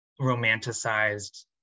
romanticized